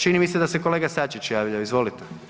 Čini mi se da se kolega Sačić javljao, izvolite.